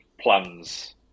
plans